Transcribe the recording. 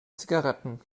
zigaretten